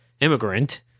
immigrant